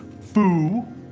foo